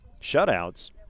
shutouts